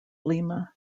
lima